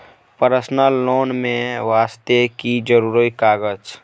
Personal loan ले वास्ते की जरुरी कागज?